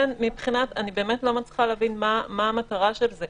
אני לא מצליחה להבין מה המטרה של זה.